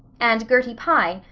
and gertie pye,